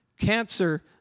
Cancer